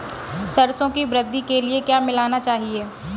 सरसों की वृद्धि के लिए क्या मिलाना चाहिए?